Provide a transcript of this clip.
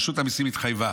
רשות המיסים התחייבה,